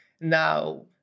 now